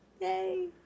Yay